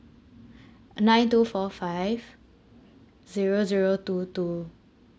nine two four five zero zero two two